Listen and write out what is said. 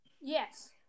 Yes